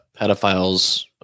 pedophiles